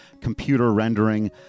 computer-rendering